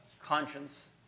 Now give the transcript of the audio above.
conscience